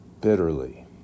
bitterly